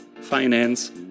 finance